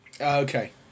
Okay